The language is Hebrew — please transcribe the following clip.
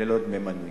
ללא דמי מנוי.